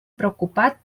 preocupat